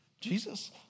Jesus